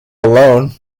alone